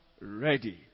ready